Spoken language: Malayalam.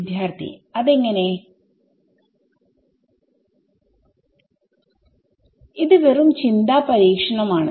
വിദ്യാർത്ഥി അതെങ്ങനെ ഇത് വെറും ചിന്താ പരീക്ഷണം ആണ്